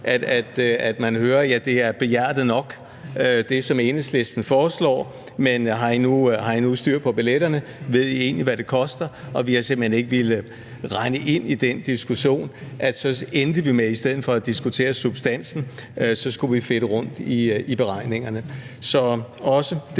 at man hører: Det, som Enhedslisten foreslår, er behjertet nok, men har I nu styr på billetterne? Ved I egentlig, hvad det koster? Og vi har simpelt hen ikke villet rende ind i den diskussion, hvor vi i stedet for at diskutere substansen endte med at fedte rundt i beregningerne.